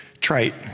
trite